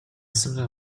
similar